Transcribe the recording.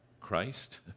Christ